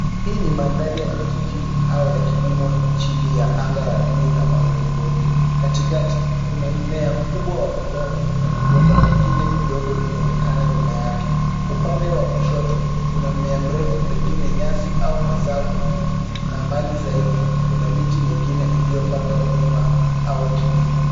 Hii ni mandhari ya kijijini au ya kilimo chini ya anga la blue na mawingu meupe. Katikati kuna mmea mkubwa wa mgomba na migomba mingine midogo inaonekana nyuma yake. Upande wa kushoto, kuna mmea mrefu pengine nyasi au mazao mengine na mbali zaidi kuna miti mingine iliyopandwa mlima au kilima.